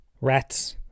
rats